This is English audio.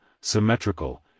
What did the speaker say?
symmetrical